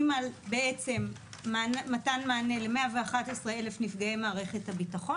על מתן מענה ל-111,000 נפגעי מערכת הביטחון,